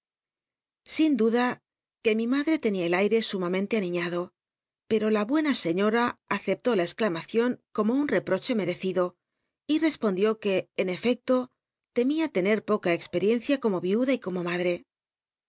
sin duda que mi madre ténia el aire sumamente aniñado pero la buena seiiora aceptó la exclamacion como un rcpr'oche merecido y respondió que en erecto te m ia tener poca experiencia como viuda y como madre